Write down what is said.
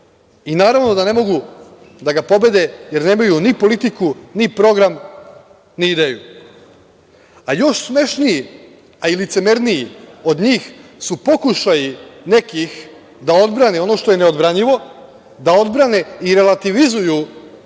Naravno da ne mogu da ga pobede, jer nemaju ni politiku ni program ni ideju. Još smešniji, a i licemerniji od njih su pokušaji nekih da odbrane ono što je neodbranjivo, da odbrane i relativizuju